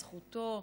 זכותו.